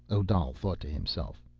odal thought to himself.